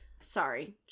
Sorry